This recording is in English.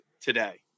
today